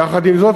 יחד עם זאת,